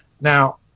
Now